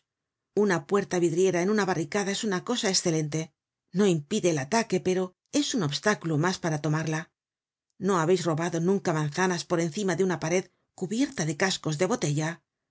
una puertavidriera en una barricada es una cosa escelente no impide el ataque pero es un obstáculo mas para tomarla no habeis robado nunca manzanas por encima de una pared cubierta de cascos de botella